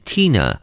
Tina